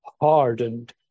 hardened